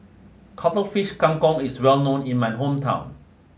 Cuttlefish Kang Kong is well known in my hometown